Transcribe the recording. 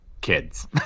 kids